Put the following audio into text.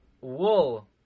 wool